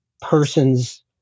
person's